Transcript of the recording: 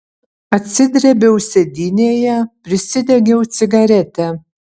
atsidrėbiau sėdynėje prisidegiau cigaretę